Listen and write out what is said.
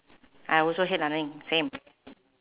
I also hate running same